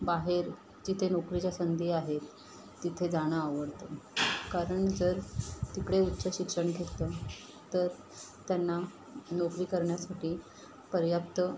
बाहेर जिथे नोकरीच्या संधी आहेत तिथे जाणं आवडतं कारण जर तिकडे उच्च शिक्षण घेतलं तर त्यांना नोकरी करण्यासाठी पर्याप्त